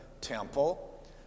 temple